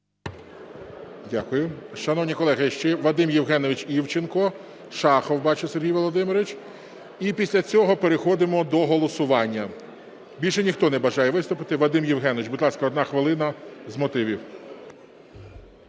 Дякую. Шановні колеги, ще Вадим Євгенович Івченко, Шахов, бачу, Сергій Володимирович і після цього переходимо до голосування. Більше ніхто не бажає виступити. Вадиме Євгеновичу, будь ласка, 1 хвилина з мотивів.